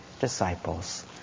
disciples